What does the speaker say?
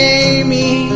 amy